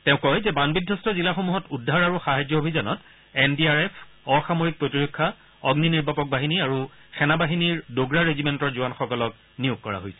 তেওঁ কয় যে বানবিধবস্ত জিলাসমূহত উদ্ধাৰ আৰু সাহায্য অভিযানত এন ডি আৰ এফ অসামৰিক প্ৰতিৰক্ষা অগ্নি নিৰ্বাপক বাহিনী আৰু সেনা বাহিনীৰ ডোগৰা ৰেজিমেণ্টৰ জোৱানসকলক নিয়োগ কৰা হৈছে